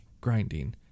grinding